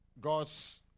God's